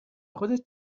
خودت